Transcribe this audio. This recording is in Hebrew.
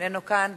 איננו כאן.